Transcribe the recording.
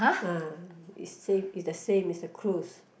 ah he say is the same is the cruise